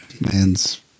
Man's